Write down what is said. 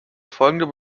folgende